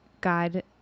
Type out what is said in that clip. God